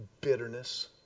bitterness